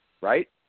right